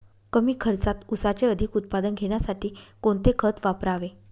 कमी खर्चात ऊसाचे अधिक उत्पादन घेण्यासाठी कोणते खत वापरावे?